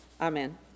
Amen